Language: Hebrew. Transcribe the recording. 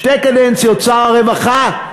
שתי קדנציות שר הרווחה,